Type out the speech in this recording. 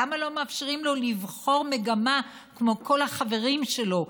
למה לא מאפשרים לו לבחור מגמה כמו כל החברים שלו?